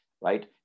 right